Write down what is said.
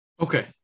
Okay